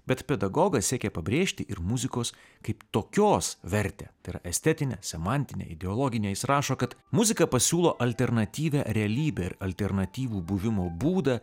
bet pedagogas siekia pabrėžti ir muzikos kaip tokios vertę tai yra estetinę semantinę ideologinę jis rašo kad muzika pasiūlo alternatyvią realybę ir alternatyvų buvimo būdą